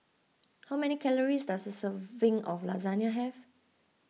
how many calories does a serving of Lasagne have